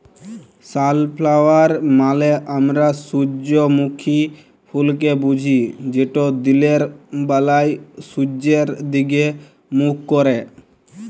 sunflower মালে আমরা সূজ্জমুখী ফুলকে বুঝি যেট দিলের ব্যালায় সূয্যের দিগে মুখ ক্যারে